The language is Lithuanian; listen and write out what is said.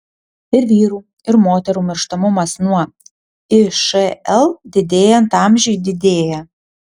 ir vyrų ir moterų mirštamumas nuo išl didėjant amžiui didėja